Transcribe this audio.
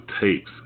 tapes